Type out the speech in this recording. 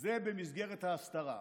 זה במסגרת ההסתרה.